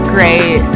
Great